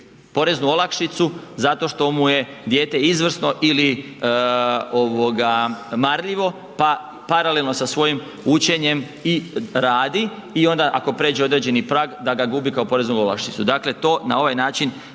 poreznu olakšicu zato što mu je dijete izvrsno ili marljivo pa paralelno sa svojim učenjem i radi i onda ako prijeđe određeni prag da ga gubi kao poreznu olakšicu. Dakle to na ovaj način